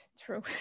True